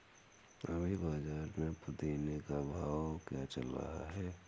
अभी बाज़ार में पुदीने का क्या भाव चल रहा है